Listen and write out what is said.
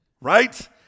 Right